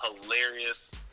hilarious